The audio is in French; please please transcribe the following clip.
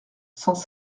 sans